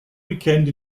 weekend